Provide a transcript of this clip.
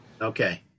Okay